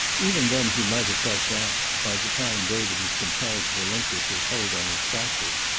even then he might have felt that, by the time david was compelled to relinquish his hold on his practice,